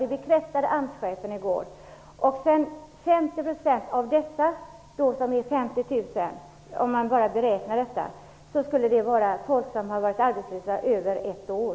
Det bekräftade AMS-chefen i går. 50 % av dessa, som är 50 000 om man bara gör en beräkning, skulle vara människor som har varit arbetslösa över ett år.